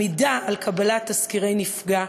עמידה על קבלת תזכירי נפגע